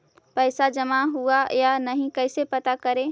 पैसा जमा हुआ या नही कैसे पता करे?